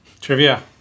Trivia